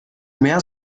mehr